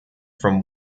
from